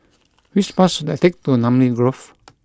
which bus should I take to Namly Grove